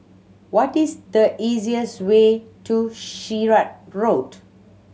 what is the easiest way to Sirat Road